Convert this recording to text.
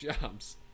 Jobs